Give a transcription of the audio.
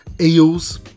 eels